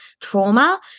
trauma